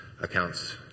accounts